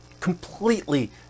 completely